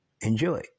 Enjoy